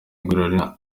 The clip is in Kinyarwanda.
igorora